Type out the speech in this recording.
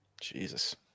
Jesus